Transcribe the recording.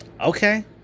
Okay